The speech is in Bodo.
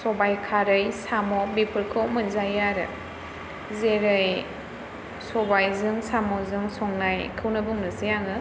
सबाइ खारै साम' बेफोरखौ मोनजायो आरो जेरै सबाइजों साम'जों संनायखौनो बुंनोसै आङो